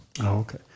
Okay